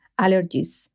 allergies